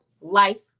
life